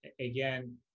again